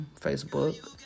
Facebook